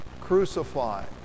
crucified